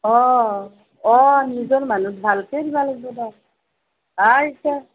অ অ নিজৰ মানুহ ভালকেই দিব লাগিব দে আ ইচ্ছা